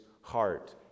heart